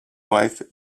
wife